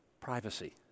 privacy